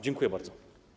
Dziękuję bardzo.